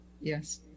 yes